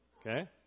Okay